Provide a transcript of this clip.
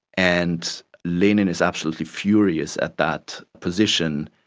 and lenin is absolutely furious at that position,